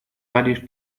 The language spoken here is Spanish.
varios